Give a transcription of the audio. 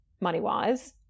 money-wise